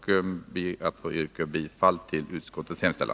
Jag ber att få yrka bifall till utskottets hemställan.